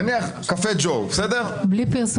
נצביע על הסתייגות 155. מי בעד?